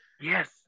Yes